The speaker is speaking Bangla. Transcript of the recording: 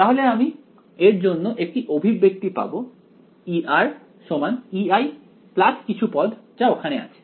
তাহলে আমি এর জন্য একটি অভিব্যক্তি পাব E Ei কিছু পদ যা ওখানে আছে